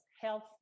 health